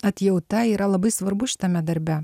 atjauta yra labai svarbu šitame darbe